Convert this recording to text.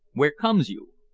where comes you?